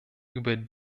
über